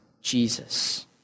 Jesus